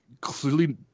clearly